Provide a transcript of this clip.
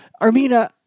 Armina